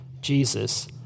Jesus